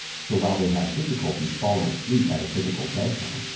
so while they have difficulty falling asleep at a typical bedtime,